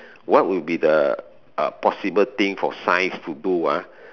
what will be the uh possible things for science to do ah